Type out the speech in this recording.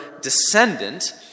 descendant